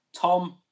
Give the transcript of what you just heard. Tom